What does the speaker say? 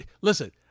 listen